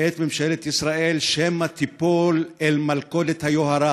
את ממשלת ישראל שמא תיפול אל מלכודת היוהרה.